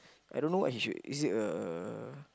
I don't know what he should is it a